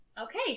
okay